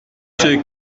ceux